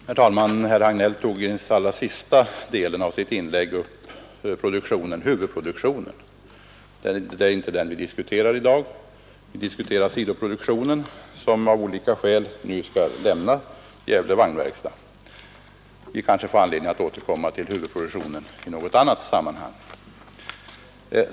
Herr talman! Herr Hagnell tog i allra sista delen av sitt inlägg upp huvudproduktionen vid AGV. Det är inte den vi diskuterar i dag. Vi diskuterar sidoproduktionen, som av olika skäl nu skall lämna Gävle vagnverkstad. Vi kanske har anledning att återkomma till huvudproduktionen i något annat sammanhang.